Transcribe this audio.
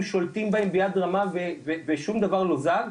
שולטים עליהם ביד רמה ושום דבר לא זז,